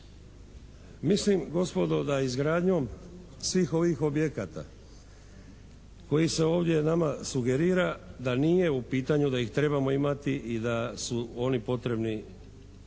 Mislim gospodo da izgradnjom svih ovih objekata koji se ovdje nama sugerira da nije u pitanju da ih trebamo imati i da su oni potrebni